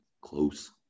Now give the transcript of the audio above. close